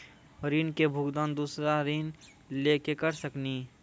ऋण के भुगतान दूसरा ऋण लेके करऽ सकनी?